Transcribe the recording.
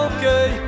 Okay